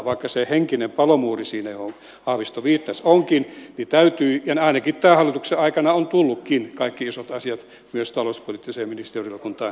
vaikka se henkinen palomuuri johon haavisto viittasi siinä onkin niin täytyy tulla ja ainakin tämän hallituksen aikana on tullutkin kaikki isot asiat myös talouspoliittiseen ministerivaliokuntaan käsiteltäväksi